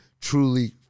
truly